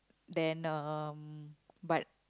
then um but